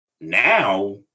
now